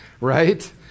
right